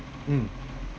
mm